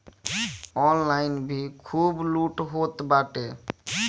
online भी खूब लूट होत बाटे